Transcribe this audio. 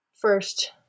first